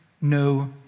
no